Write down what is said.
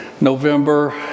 November